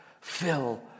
fill